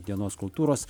dienos kultūros